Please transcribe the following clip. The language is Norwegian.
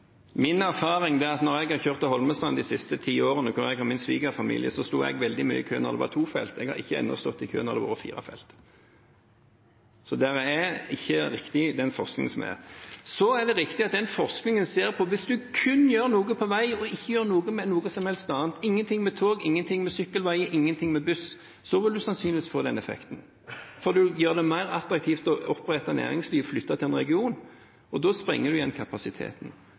Min erfaring er at når jeg de siste ti årene har kjørt til Holmestrand, hvor jeg har min svigerfamilie, sto jeg veldig mye i kø da det var to felt. Jeg har ikke ennå stått i kø når det har vært fire felt. Så den er ikke riktig, den forskningen som er. Så er det riktig at den forskningen ser på at hvis en kun gjør noe på vei og ikke gjør noe med noe som helst annet – ingenting med tog, ingenting med sykkelveier, ingenting med buss – vil en sannsynligvis få den effekten, for en gjør det mer attraktivt å opprette næringsliv og å flytte til en region. Da sprenger en igjen kapasiteten.